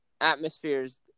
atmospheres